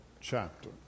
chapter